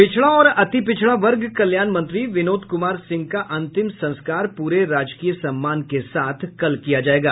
पिछडा और अतिपिछड़ा वर्ग कल्याण मंत्री विनोद कुमार सिंह का अंतिम संस्कार पूरे राजकीय सम्मान के साथ कल किया जायेगा